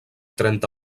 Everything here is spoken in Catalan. trenta